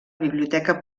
biblioteca